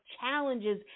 challenges